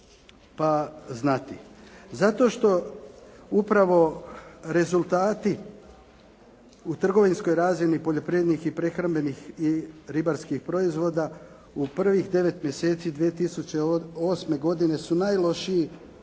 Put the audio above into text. znati? Zato što upravo rezultati u trgovinskoj razini poljoprivrednih i prehrambenih i ribarskih proizvoda, u prvih 9 mjeseci 2008. godine su najlošiji